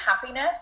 happiness